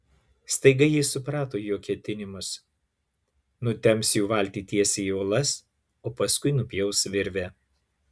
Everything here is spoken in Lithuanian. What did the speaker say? staiga ji suprato jo ketinimus nutemps jų valtį tiesiai į uolas o paskui nupjaus virvę